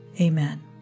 Amen